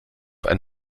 ein